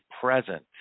present